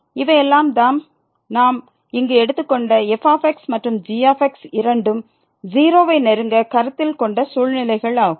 இவையெல்லாம் தான் நாம் இங்கு எடுத்துக்கொண்ட f மற்றும் g இரண்டும் 0 வை நெருங்க கருத்தில் கொண்ட சூழ்நிலைகள் ஆகும்